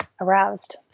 aroused